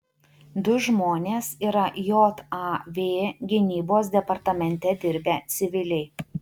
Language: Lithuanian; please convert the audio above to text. du žmonės yra jav gynybos departamente dirbę civiliai